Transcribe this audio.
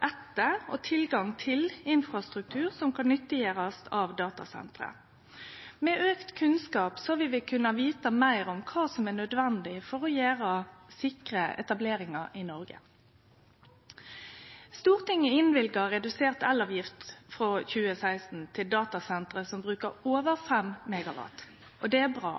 etter og tilgang til infrastruktur som datasenter kan nyttiggjere seg. Med auka kunnskap vil vi kunne vite meir om kva som er nødvendig for å gjere sikre etableringar i Noreg. Stortinget innvilga redusert elavgift frå 2016 til datasenter som brukar over 5 MW, og det er bra.